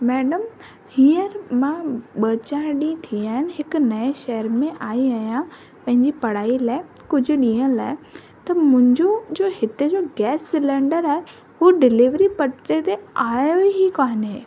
madam हीअंर मां ॿ चारि ॾींहं थी विया आहिनि हिकु नऐं शहेर में आई आहियां पंहिंजी पढ़ाईअ लाइ कुझु ॾिंहनि लाइ त मुंहिंजो जो हिते जो गैस सिलेंडर आहे उहो डिलेवरी पते ते आयो ई कोन्हे